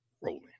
rolling